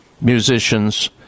musicians